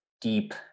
deep